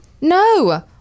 No